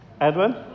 Edwin